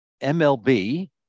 mlb